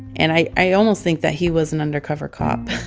and i i almost think that he was an undercover cop.